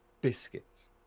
biscuits